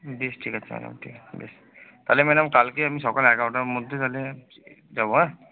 বেশ ঠিক আছে ম্যাডাম ঠিক আছে বেশ তাহলে ম্যাডাম কালকে আমি সকাল এগারোটার মধ্যে তাহলে যাব হ্যাঁ